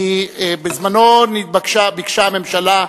בזמנה ביקשה הממשלה צווים,